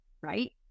right